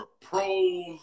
pros